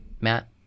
Matt